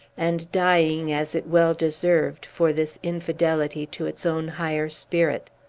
and dying, as it well deserved, for this infidelity to its own higher spirit.